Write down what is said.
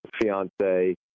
fiance